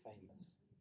famous